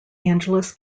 angeles